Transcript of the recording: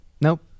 Nope